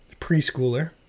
preschooler